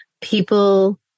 people